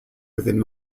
within